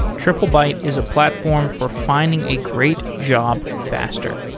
triplebyte is a platform for finding a great job faster.